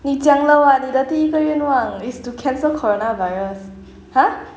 你讲了 [what] 你的第一个愿望 is to cancel coronavirus !huh!